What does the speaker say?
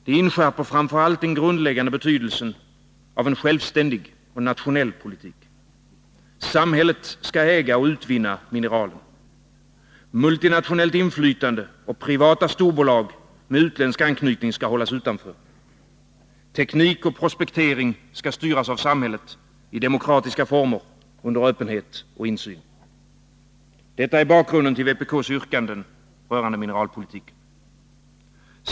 Det inskärper framför allt den grundläggande betydelsen av en självständig, nationell politik. Samhället skall äga och utvinna mineralen. Multinationellt inflytande och privata storbolag med utländsk anknytning skall hållas utanför. Teknik och prospektering skall styras av samhället, i demokratiska former och under öppenhet och insyn. Detta är bakgrunden till vpk:s yrkanden rörande mineralpolitiken.